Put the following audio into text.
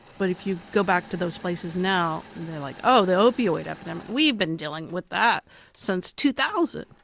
but if you go back to those places now, they're like, oh, the opioid epidemic. we've been dealing with that since two thousand.